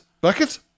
bucket